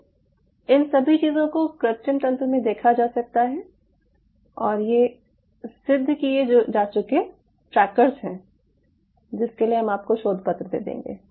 तो इन सभी चीजों को कृत्रिम तंत्र में देखा जा सकता है और ये सिद्ध किये जा चुके ट्रैकर्स हैं जिसके लिए हम आपको शोध पत्र दे देंगे